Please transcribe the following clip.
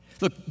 Look